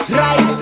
right